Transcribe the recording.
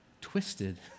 twisted